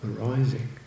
arising